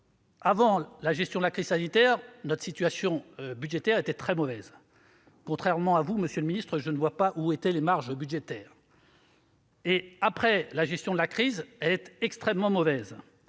Avant la gestion de la crise sanitaire, notre situation budgétaire était très mauvaise ; contrairement à vous, monsieur le ministre, je ne vois pas où étaient les marges budgétaires. Au demeurant, après la gestion de la crise, elle est extrêmement mauvaise.